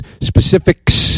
specifics